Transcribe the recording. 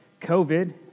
COVID